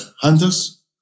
hunters